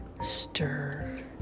stir